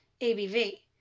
ABV